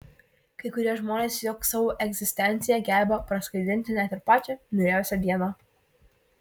kai kurie žmonės tiesiog savo egzistencija geba praskaidrinti net ir pačią niūriausią dieną